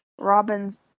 Robin's